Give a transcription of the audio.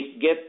get